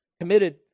committed